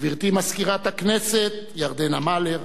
גברתי מזכירת הכנסת ירדנה מלר,